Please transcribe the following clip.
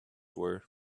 were